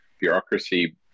bureaucracy